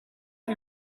you